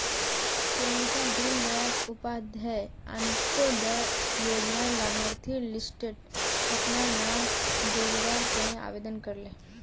प्रियंका दीन दयाल उपाध्याय अंत्योदय योजनार लाभार्थिर लिस्टट अपनार नाम जोरावर तने आवेदन करले